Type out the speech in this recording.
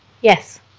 Yes